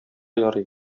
ярый